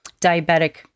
diabetic